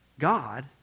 God